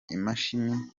imashini